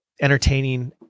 entertaining